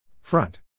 Front